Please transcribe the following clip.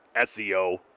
SEO